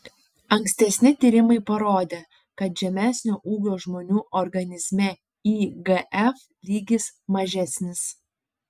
ankstesni tyrimai parodė kad žemesnio ūgio žmonių organizme igf lygis mažesnis